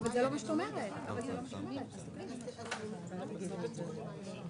תני ליועצים המשפטיים להחליט.